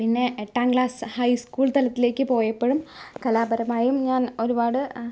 പിന്നെ എട്ടാം class high school തലത്തിലേക്ക് പോയപ്പോഴും കലാപരമായും ഞാൻ ഒരുപാട്